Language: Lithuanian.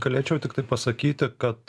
galėčiau tiktai pasakyti kad